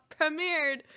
premiered